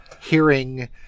Hearing